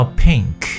pink